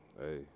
Hey